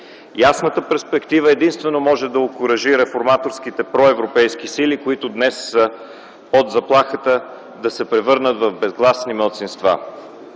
ясната перспектива може да окуражи реформаторските проевропейски сили, които днес са под заплахата да се превърнат в безгласни малцинства.